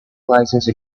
license